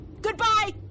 Goodbye